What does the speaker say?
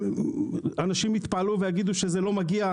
שאנשים יתפעלו ויגידו שזה לא מגיע.